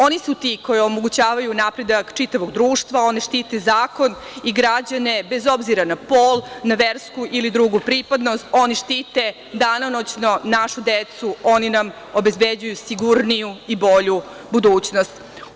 Oni su ti koji omogućavaju napredak čitavog društva, oni štite zakon i građane, bez obzira na pol, na versku ili drugu pripadnost, oni štite danonoćno našu decu, oni nam obezbeđuju sigurniju i bolju budućnost.